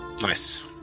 Nice